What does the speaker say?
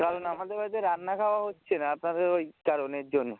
কারণ আমাদের হয়তো রান্না খাওয়া হচ্ছে না আপনাদের ওই কারণের জন্য